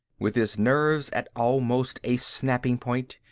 with his nerves at almost a snapping point,